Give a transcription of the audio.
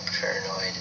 paranoid